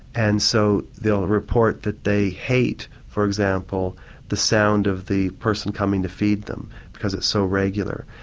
and so they'll report that they hate for example the sound of the person coming to feed them because it's so regular.